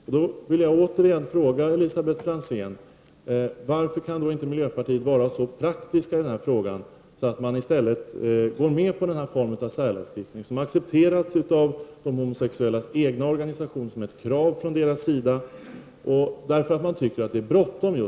Då vill jag återigen fråga Elisabet Franzén: Varför kan inte miljöpartiet vara praktiskt när det gäller denna fråga och i stället gå med på denna form av särlagstiftning som accepteras av de homosexuellas egna organisationer? Detta är ett krav från deras sida, eftersom man anser att det är bråttom.